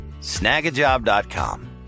snagajob.com